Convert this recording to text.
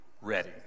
ready